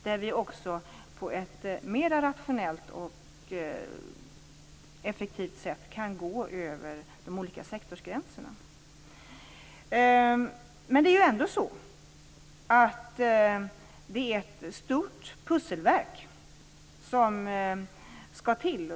Där kan vi också gå över de olika sektorsgränserna på ett mer rationellt och effektivt sätt. Men det är ändå ett stort pusselverk som skall till.